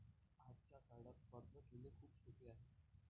आजच्या काळात कर्ज घेणे खूप सोपे आहे